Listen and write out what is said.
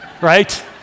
right